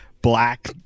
Black